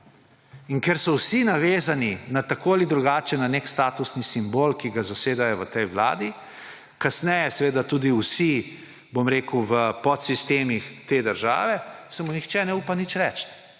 In ker so vsi navezani tako ali drugače na nek statusni simbol, ki ga zasedajo v tej vladi, kasneje tudi vsi v podsistemih te države, se mu nihče ne upa nič reči